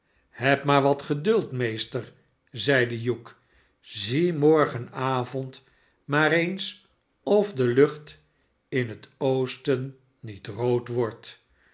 verbranden hebmaar watgeduld meester zeide hugh zie morgenavond maar eens of de lucht in het oosten niet rood wordt